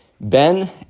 Ben